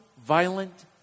violent